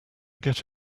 get